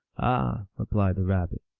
ah! replied the rabbit,